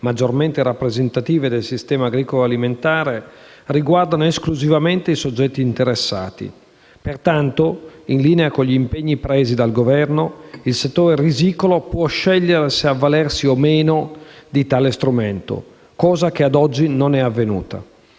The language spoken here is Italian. maggiormente rappresentative del sistema agricolo-alimentare riguardano esclusivamente i soggetti interessati. Pertanto, in linea con gli impegni presi dal Governo, il settore risicolo può scegliere di avvalersi o no di tale strumento, cosa che ad oggi non è avvenuta.